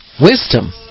wisdom